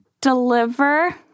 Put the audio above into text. deliver